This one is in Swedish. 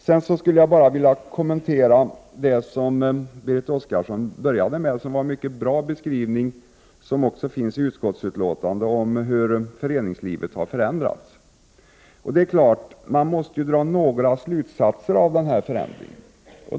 Sedan skulle jag också något vilja kommentera det som Berit Oscarsson började med och som var en mycket bra beskrivning — den finns också i utskottsutlåtandet — av hur föreningslivet har förändrats. Det är klart att man måste dra några slutsatser av denna förändring.